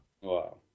Wow